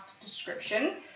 description